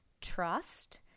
trust